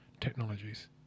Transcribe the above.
technologies